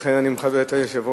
לכן אני מכבד את היושב-ראש.